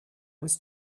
was